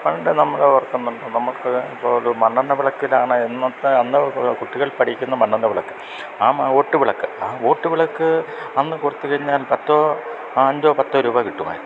പണ്ട് നമ്മള് ഓർക്കുന്നുണ്ട് നമുക്ക് മണ്ണെണ്ണ വിളക്കിലാണ് അന്നന്നത്തെ കുട്ടികൾ പഠിക്കുന്നത് മണ്ണെണ്ണ വിളക്ക് ആ ഓട്ടു വിളക്ക് ആ ഓട്ടു വിളക്ക് അന്നു കൊടുത്തുകഴിഞ്ഞാൽ പത്തോ അഞ്ചോ പത്തോ രൂപ കിട്ടുമായി